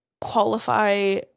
qualify